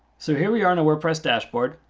so here we are in a wordpress dashboard.